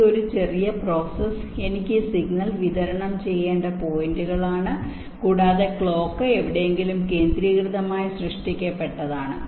ഈ ചെറിയ പ്രോസസ്സ് എനിക്ക് ഈ സിഗ്നൽ വിതരണം ചെയ്യേണ്ട പോയിന്റുകൾ ആണ് കൂടാതെ ക്ലോക്ക് എവിടെയെങ്കിലും കേന്ദ്രീകൃതമായി സൃഷ്ടിക്കപ്പെട്ടതാണ്